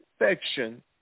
infection